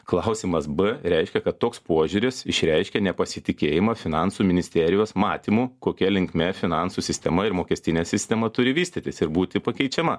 klausimas b reiškia kad toks požiūris išreiškia nepasitikėjimą finansų ministerijos matymu kokia linkme finansų sistema ir mokestinė sistema turi vystytis ir būti pakeičiama